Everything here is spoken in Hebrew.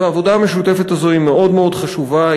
והעבודה המשותפת הזו היא מאוד מאוד חשובה,